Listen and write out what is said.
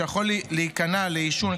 שיכול להיכנע לעישון,